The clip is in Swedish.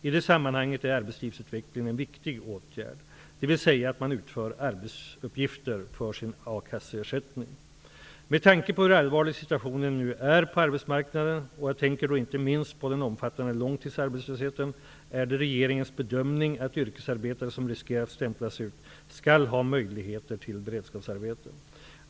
I det sammanhanget är arbetslivsutvecklingen en viktig åtgärd, dvs. att man utför arbetsuppgifter för sin A Med tanke på hur allvarlig situationen nu är på arbetsmarknaden -- och jag tänker då inte minst på den omfattande långtidsarbetslösheten -- är det regeringens bedömning att yrkesarbetare som riskerar att ''stämplas ut'' skall ha möjligheter till beredskapsarbeten.